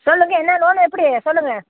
சொல்லுங்கள் என்ன லோன் எப்படி சொல்லுங்கள்